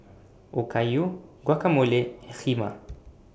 Okayu Guacamole and Kheema